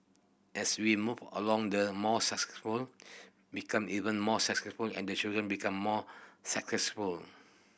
as we move along the more successful become even more successful and the children become more successful